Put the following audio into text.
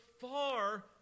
far